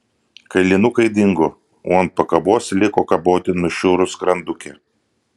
kailinukai dingo o ant pakabos liko kaboti nušiurus skrandukė